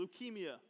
leukemia